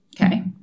Okay